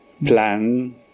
Plan